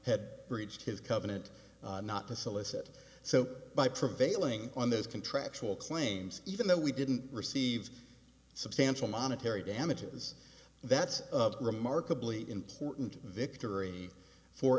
had breached his covenant not to solicit so by prevailing on those contractual claims even though we didn't receive substantial monetary damages that's a remarkably important victory